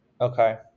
Okay